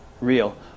real